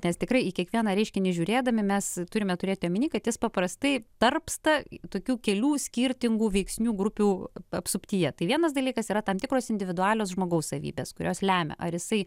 nes tikrai į kiekvieną reiškinį žiūrėdami mes turime turėti omeny kad jis paprastai tarpsta tokių kelių skirtingų veiksnių grupių apsuptyje tai vienas dalykas yra tam tikros individualios žmogaus savybės kurios lemia ar jisai